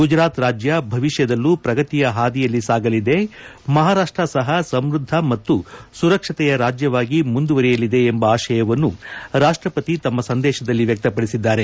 ಗುಜರಾತ್ ರಾಜ್ಯ ಭವಿಷ್ಕದಲ್ಲೂ ಪ್ರಗತಿಯ ಹಾದಿಯಲ್ಲಿ ಸಾಗಲಿದೆ ಮಹಾರಾಷ್ಷ ಸಹ ಸಮೃದ್ದ ಮತ್ತು ಸುರಕ್ಷತೆಯ ರಾಜ್ಯವಾಗಿ ಮುಂದುವರೆಯಲಿದೆ ಎಂಬ ಆಶಯವನ್ನು ರಾಷ್ಷಪತಿ ತಮ್ಮ ಸಂದೇಶದಲ್ಲಿ ವ್ಯಕ್ತಪಡಿಸಿದ್ದಾರೆ